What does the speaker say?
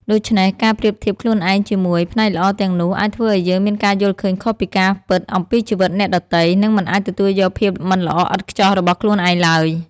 ដូច្នេះ ការប្រៀបធៀបខ្លួនឯងជាមួយ ផ្នែកល្អទាំងនោះ អាចធ្វើឱ្យយើងមានការយល់ឃើញខុសពីការពិតអំពីជីវិតអ្នកដទៃ និងមិនអាចទទួលយកភាពមិនល្អឥតខ្ចោះរបស់ខ្លួនឯងឡើយ។